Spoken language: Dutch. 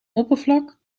oppervlak